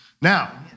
Now